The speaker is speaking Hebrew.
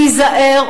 תיזהר,